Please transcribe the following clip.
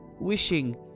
wishing